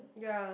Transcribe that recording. ya